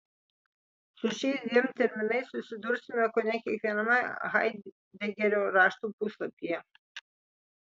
su šiais dviem terminais susidursime kone kiekviename haidegerio raštų puslapyje